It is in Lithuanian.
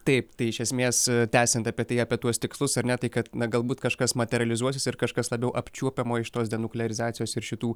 taip tai iš esmės tęsiant apie tai apie tuos tikslus ar ne tai kad na galbūt kažkas materializuosis ir kažkas labiau apčiuopiamo iš tos denuklerizacijos ir šitų